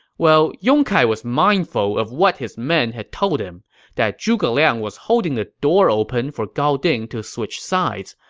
well, yong kai was mindful of what his men had told him that zhuge liang was holding the door open for gao ding to switch sides,